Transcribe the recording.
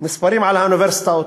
מספרים על האוניברסיטאות: